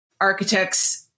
architects